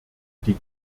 die